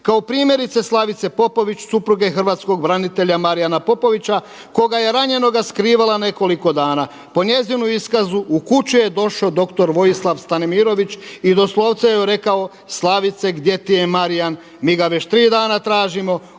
kao primjerice Slavice Popović supruge hrvatskog branitelja Marijana Popovića koga je ranjenoga skrivala nekoliko dana. Po njezinu iskazu u kuću je došao dr. Vojislav Stanimirović i doslovce joj rekao, Slavice gdje ti je Marijan mi ga već tri dana tražimo,